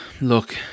Look